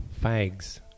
fags